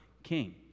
king